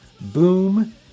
Boom